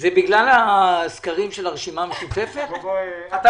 כאן את ההעברה של המוכר שאינו רשמי, לא תמצאו